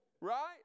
Right